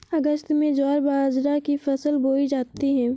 अगस्त में ज्वार बाजरा की फसल बोई जाती हैं